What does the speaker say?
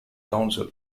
council